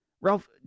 Ralph